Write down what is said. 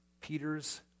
Peter's